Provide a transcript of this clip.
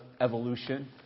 evolution